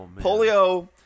Polio